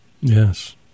Yes